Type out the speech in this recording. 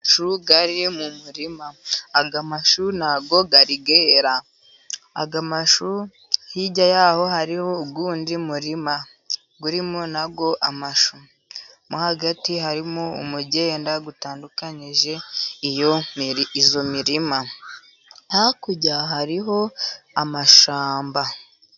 Amashu ari mu murima aya mashu ntabwo yari yera, hirya yaho hariho uwundi murima urimo amashu hagati harimo umugenda utandukanyije iyo mirima hakurya hariho amashyamba.